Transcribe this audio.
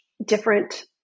different